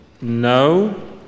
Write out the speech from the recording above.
No